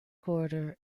corridor